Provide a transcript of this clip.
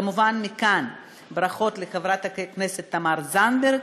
כמובן, מכאן ברכות לחברת הכנסת תמר זנדברג.